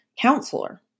counselor